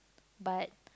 but